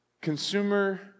consumer